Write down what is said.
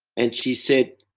and she said,